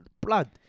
blood